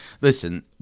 listen